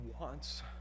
wants